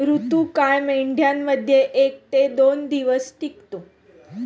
ऋतुकाळ मेंढ्यांमध्ये एक ते दोन दिवस टिकतो